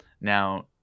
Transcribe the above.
Now